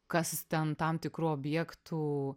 kas ten tam tikrų objektų